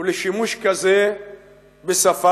לשימוש כזה בשפה,